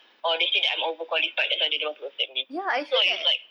or they say that I'm overqualified that's why they don't want to accept me so it's like